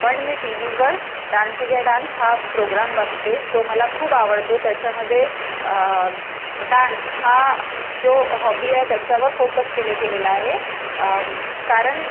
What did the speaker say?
पण मी टी वीवर डान्स इंडिया डान्स हा प्रोग्राम बघते जो मला खूप आवडतो त्याच्यामध्ये डान्स हा जो हॉबी आहे त्याच्यावर फोकस केले गेलेला आहे कारण